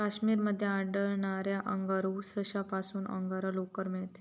काश्मीर मध्ये आढळणाऱ्या अंगोरा सशापासून अंगोरा लोकर मिळते